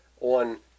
on